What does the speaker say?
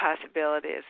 possibilities